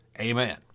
Amen